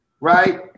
right